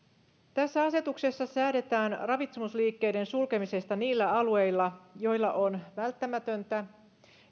tässä asetuksessa säädetään ravitsemusliikkeiden sulkemisesta niillä alueilla joilla se on välttämätöntä